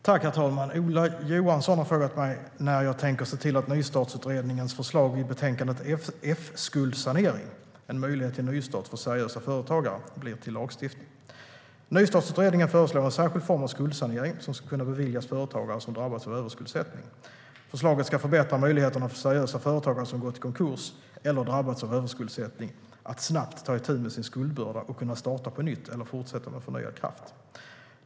Herr talman! Ola Johansson har frågat mig när jag tänker se till att Nystartsutredningens förslag i betänkandet F skuldsanering - en möjlighet till nystart för seriösa företagare blir till lagstiftning. Nystartsutredningen föreslår en särskild form av skuldsanering som ska kunna beviljas företagare som drabbats av överskuldsättning. Förslaget ska förbättra möjligheterna för seriösa företagare som gått i konkurs eller drabbats av överskuldsättning att snabbt ta itu med sin skuldbörda och kunna starta på nytt eller fortsätta med förnyad kraft.